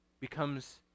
becomes